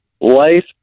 life